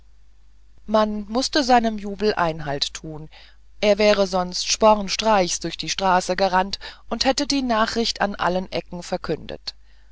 man mußte seinem jubel einhalt tun er wäre sonst spornstreichs durch die straßen gerannt und hätte die nachricht an allen ecken verkündigt